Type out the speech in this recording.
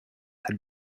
had